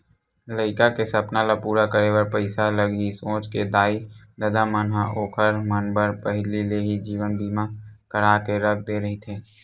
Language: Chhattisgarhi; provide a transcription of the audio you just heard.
लइका के सपना ल पूरा करे बर पइसा लगही सोच के दाई ददा मन ह ओखर मन बर पहिली ले ही जीवन बीमा करा के रख दे रहिथे